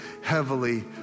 heavily